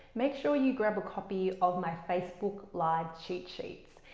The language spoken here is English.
make sure you grab a copy of my facebook live cheat sheets,